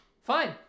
Fine